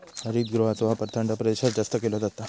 हरितगृहाचो वापर थंड प्रदेशात जास्त केलो जाता